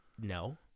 No